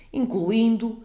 incluindo